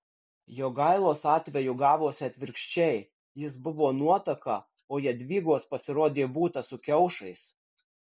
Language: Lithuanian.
jogailos atveju gavosi atvirkščiai jis buvo nuotaka o jadvygos pasirodė būta su kiaušais